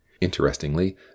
Interestingly